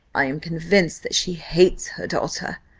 i am convinced that she hates her daughter.